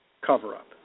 cover-up